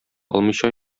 алмыйча